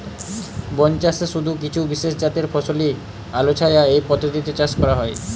বনচাষে শুধু কিছু বিশেষজাতের ফসলই আলোছায়া এই পদ্ধতিতে চাষ করা হয়